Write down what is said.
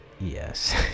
yes